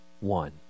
one